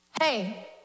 Hey